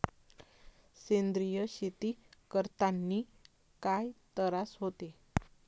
सेंद्रिय शेती करतांनी काय तरास होते?